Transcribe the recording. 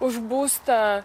už būstą